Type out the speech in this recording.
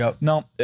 No